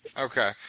okay